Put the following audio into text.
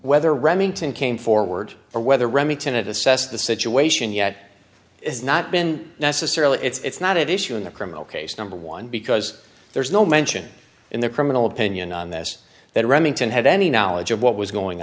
whether remington came forward or whether remy tenet assessed the situation yet has not been necessarily it's not at issue in the criminal case number one because there's no mention in the criminal opinion on this that remington had any knowledge of what was going